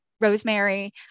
rosemary